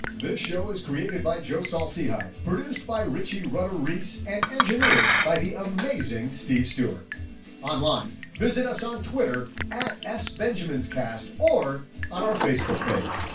this show is created by joe saucy hive, produced by richie rudder, reese, and engineered by the amazing steve stewart online. visit us on twitter at benjamin's cast, or on our facebook page.